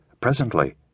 Presently